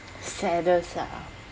saddest ah